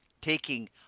taking